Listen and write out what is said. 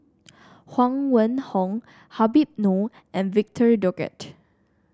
Huang Wenhong Habib Noh and Victor Doggett